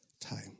time